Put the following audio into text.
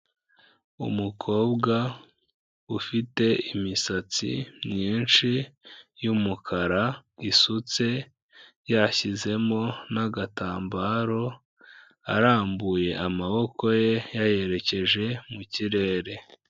Umukobwa ufite imisatsi myinshi y'umukara isutse, yashyizemo n'agatambaro, arambuye amaboko ye yayerekeje mu kirere.